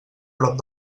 prop